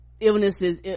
illnesses